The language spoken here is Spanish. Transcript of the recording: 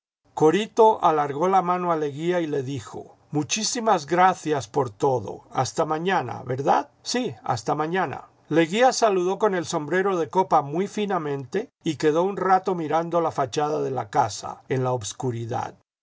corito alargó la mano a leguía y le dijo muchísimas gracias por todo hasta mañana verdad sí hasta mañana leguía saludó con el sombrero de copa muy unamente y quedó un rato mirando la lachada de la casa en la obscuridad